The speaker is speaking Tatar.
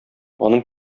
аның